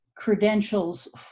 credentials